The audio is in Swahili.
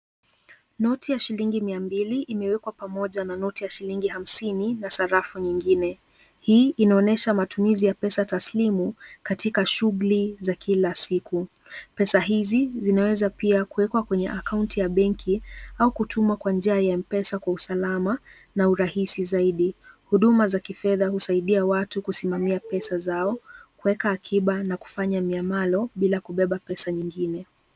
Noti ya shilingi mia mbili imewekwa pamoja na noti ya shilingi hamsini na sarafu nyingine, hii inaonyesha matumizi ya pesa taslimu katika shughuli za Kila siku. Pesa hizi zinaweza pia kuwekwa kwenye akaunti ya benki au kutumwa kwa njia ya M-Pesa kwa usalama na urahisi zaidi. Huduma za kifedha husaidia Watu kuweka pesa zao kuweka akiba na kufanya miamala bila kubeba pesa nyingine.